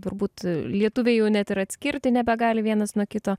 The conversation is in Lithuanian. turbūt lietuviai jau net ir atskirti nebegali vienas nuo kito